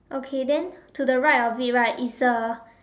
okay then to the right of it right is a